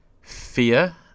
*Fear*